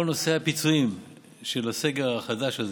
כל נושא הפיצויים של הסגר החדש הזה,